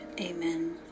Amen